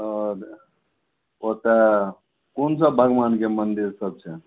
ओतऽ कोन सब भगवानके मंदिर सब छै